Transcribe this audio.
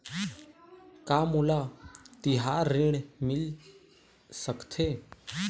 का मोला तिहार ऋण मिल सकथे?